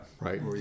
Right